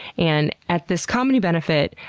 and at this comedy benefit,